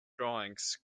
drawings